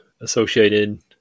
associated